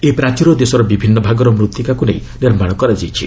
ଏହି ପ୍ରାଚୀର ଦେଶର ବିଭିନ୍ନ ଭାଗର ମୃତ୍ତିକାକୁ ନେଇ ନିର୍ମାଣ କରାଯାଇଛି